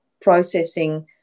processing